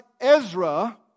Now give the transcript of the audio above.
Ezra